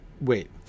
wait